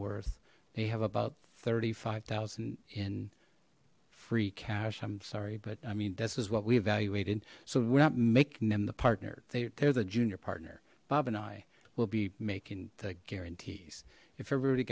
worth they have about thirty five thousand in free cash i'm sorry but i mean that is what we evaluated so we're not making them the partner they there's a junior partner bob and i will be making the guarantees if everybody